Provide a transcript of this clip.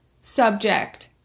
subject